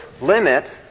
limit